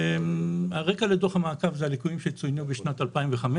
הרקע לדוח המעקב זה הליקויים שצוינו בשנת 2015,